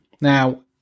Now